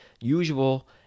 usual